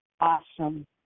awesome